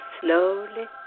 slowly